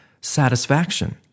satisfaction